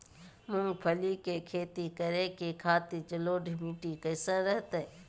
मूंगफली के खेती करें के खातिर जलोढ़ मिट्टी कईसन रहतय?